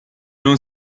non